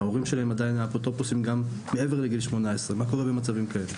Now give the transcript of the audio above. ההורים שלהם עדיין האפוטרופוסים גם מעבר לגיל 18. מה קורה במצבים כאלה?